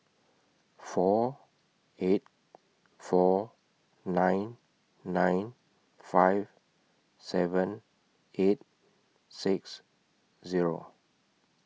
four eight four nine nine five seven eight six Zero